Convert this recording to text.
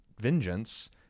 vengeance